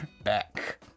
back